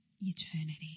eternity